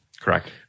Correct